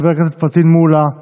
חבר הכנסת פטין מולא,